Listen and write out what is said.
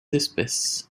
espèces